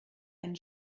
einen